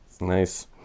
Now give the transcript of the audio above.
Nice